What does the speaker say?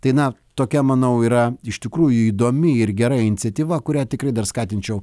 tai na tokia manau yra iš tikrųjų įdomi ir gera iniciatyva kurią tikrai dar skatinčiau